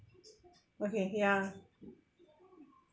okay ya